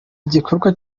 igikorwa